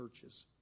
churches